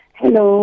hello